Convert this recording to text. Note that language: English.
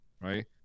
right